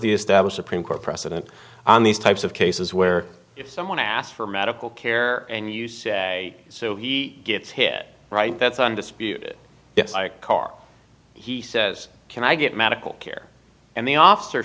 the established a print court precedent on these types of cases where if someone asks for medical care and you say so he gets hit right that's undisputed yes i car he says can i get medical care and the officer